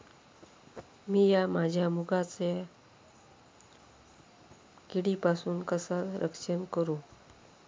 मीया माझ्या मुगाचा किडीपासून कसा रक्षण करू?